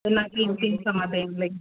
ਆਪਣਾ ਕੀਮਤੀ ਸਮਾਂ ਦੇਣ ਲਈ